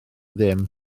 ddim